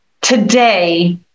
today